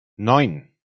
neun